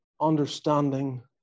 understanding